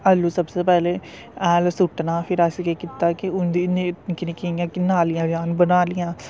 आलू सभनें शा पैैह्ले हैल सुट्टना फिर असें केह् कीता कि उं'दी निक्की निक्की नालियां जन बनानियां